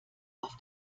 auf